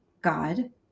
God